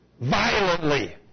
Violently